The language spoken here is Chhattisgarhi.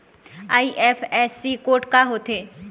आई.एफ.एस.सी कोड का होथे?